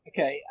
Okay